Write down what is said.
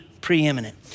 preeminent